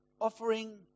offering